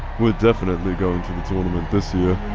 we're definitely going to the tournament this year.